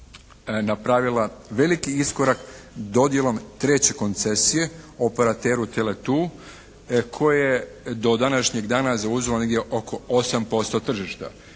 napravila veliki iskorak dodjelom treće koncesije operateru Tele2 koje je do današnjeg dana zauzelo negdje oko 8% tržišta.